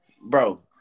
bro